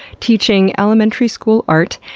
teaching elementary school art,